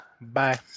Bye